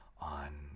on